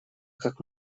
как